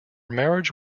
marriage